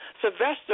Sylvester